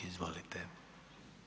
Izvolite!